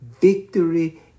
Victory